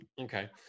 okay